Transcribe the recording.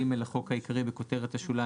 לחוק העיקרי 3א.(1) בכותרת השוליים,